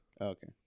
okay